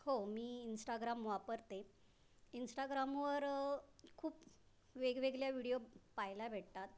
हो मी इंस्टाग्राम वापरते इंस्टाग्रामवर खूप वेगवेगळ्या व्हिडीओ पहायला भेटतात